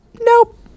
nope